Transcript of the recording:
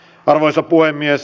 arvoisa puhemies